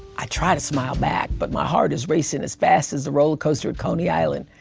i try to smile back, but my heart is racing as fast as the roller coaster at coney island.